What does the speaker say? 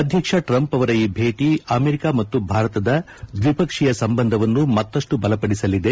ಅಧ್ಯಕ್ಷ ಟ್ರಂಪ್ ಅವರ ಈ ಭೇಟಿ ಅಮೆರಿಕ ಮತ್ತು ಭಾರತದ ದ್ವಿಪಕ್ಷೀಯ ಸಂಬಂಧವನ್ನು ಮತ್ತಷ್ಲು ಬಲಪಡಿಸಲಿದೆ